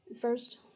First